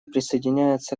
присоединяется